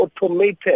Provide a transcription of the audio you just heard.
automated